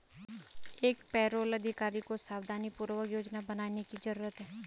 एक पेरोल अधिकारी को सावधानीपूर्वक योजना बनाने की जरूरत है